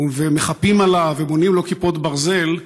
ומחפים עליו ובונים לו כיפות ברזל,